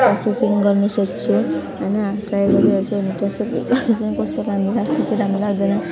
trafficking गर्ने सोच्दछु होइन ट्राई गरिहेर्छु अन्त फेरि चाहिँ कस्तो राम्रो लाग्छ कि राम्रो लाग्दैन